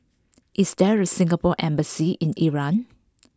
is there a Singapore embassy in Iran